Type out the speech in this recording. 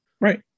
Right